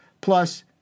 plus